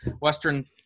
Western